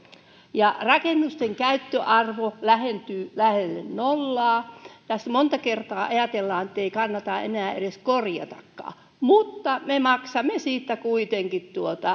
ja rakennusten käyttöarvo lähentyy lähelle nollaa tästä monta kertaa ajatellaan ettei kannata enää edes korjatakaan mutta me maksamme siitä kuitenkin